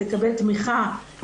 לקבל תמיכה,